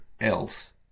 else